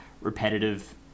repetitive